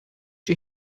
you